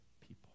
people